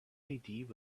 led